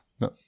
No